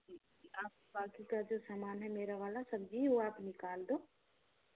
आप बाकी का जो सामान है मेरा वाला सब्ज़ी वो आप निकाल दो